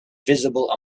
visible